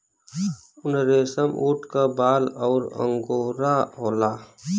उनरेसमऊट क बाल अउर अंगोरा होला